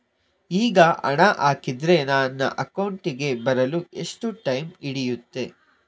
ಈಗ ಹಣ ಹಾಕಿದ್ರೆ ನನ್ನ ಅಕೌಂಟಿಗೆ ಬರಲು ಎಷ್ಟು ಟೈಮ್ ಹಿಡಿಯುತ್ತೆ?